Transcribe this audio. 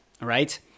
right